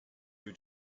due